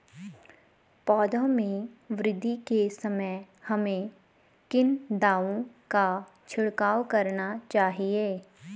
पौधों में वृद्धि के समय हमें किन दावों का छिड़काव करना चाहिए?